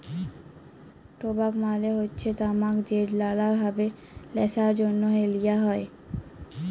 টবাক মালে হচ্যে তামাক যেট লালা ভাবে ল্যাশার জ্যনহে লিয়া হ্যয়